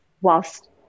whilst